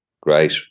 Great